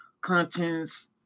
conscience